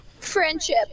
Friendship